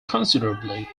considerably